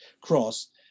cross